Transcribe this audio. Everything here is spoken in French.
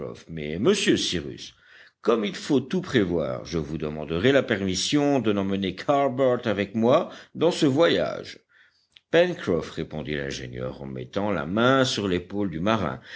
mais monsieur cyrus comme il faut tout prévoir je vous demanderai la permission de n'emmener qu'harbert avec moi dans ce voyage pencroff répondit l'ingénieur en mettant la main sur l'épaule du marin